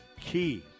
key